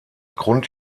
grund